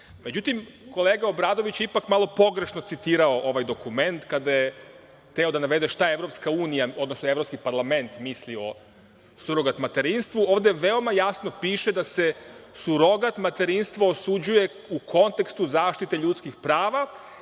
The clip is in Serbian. Međutim, kolega Obradović je ipak malo pogrešno citirao ovaj dokument kada je hteo da navede šta EU, odnosno Evropski parlament misli o surogat materinstvu. Ovde veoma jasno piše da se surogat materinstvo osuđuje u kontekstu zaštite ljudskih prava